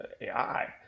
AI